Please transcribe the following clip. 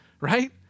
Right